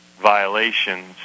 violations